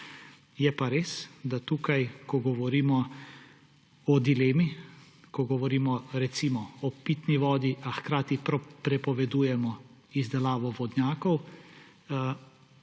Je pa res, da tukaj, ko govorimo o dilemi, ko govorimo, recimo, o pitni vodi, a hkrati prepovedujemo izdelavo vodnjakov,